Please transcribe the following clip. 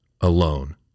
alone